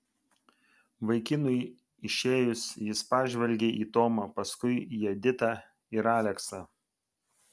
vaikinui išėjus jis pažvelgė į tomą paskui į editą ir aleksą